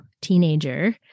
teenager